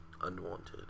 unwanted